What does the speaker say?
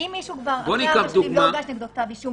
אם מישהו אחרי 4 שנים לא הוגש נגדו כתב אישום